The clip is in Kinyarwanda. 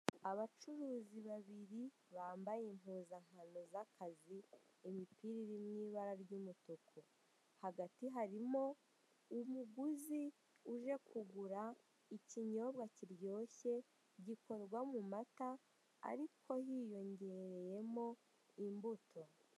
Abacuruzi babiri bambaye impuzankano z'akazi, imipira iri mu ibara ry'umutuku, hagati harimo umuguzi uje kugura ikinyobwa kiryoshye, gikorwa mu mata ariko hiyongereyemo imbuto.